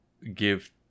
give